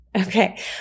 Okay